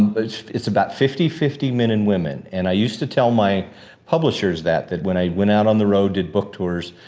it's it's about fifty, fifty, men and women. and i used to tell my publishers that, that when i went out on the road did book tours,